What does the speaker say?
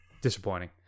disappointing